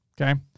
okay